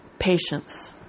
patience